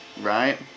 right